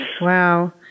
Wow